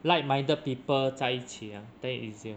like minded people 在一起 ah then easier